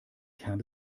kern